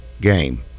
game